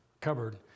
cupboard